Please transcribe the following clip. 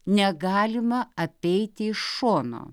negalima apeiti iš šono